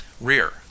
rear